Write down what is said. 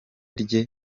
rye